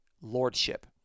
lordship